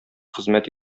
хезмәт